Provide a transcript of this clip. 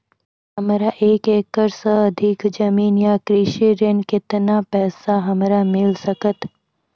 हमरा एक एकरऽ सऽ अधिक जमीन या कृषि ऋण केतना पैसा हमरा मिल सकत?